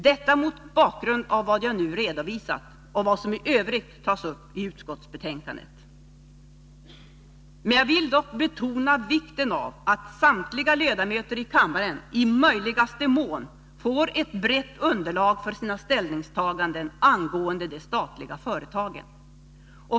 Detta mot bakgrund av vad jag nu redovisat och vad som i Övrigt tas upp i utskottsbetänkandet. Jag vill dock betona vikten av att samtliga ledamöter i kammaren i möjligaste mån får ett brett underlag för sina ställningstaganden angående de statliga företagen.